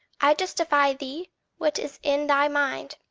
i justify thee what is in thy mind,